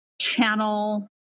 channel